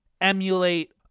emulate